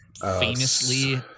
famously